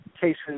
cases